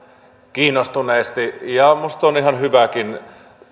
kiinnostuneesti ja minusta on ihan hyväkin